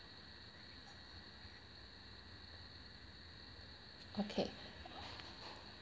okay